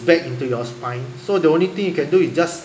back into your spine so the only thing you can do it just